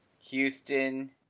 Houston